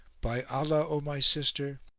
by allah, o my sister,